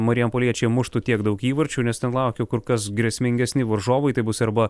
marijampoliečiai muštų tiek daug įvarčių nes ten laukia kur kas grėsmingesni varžovai tai bus arba